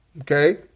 Okay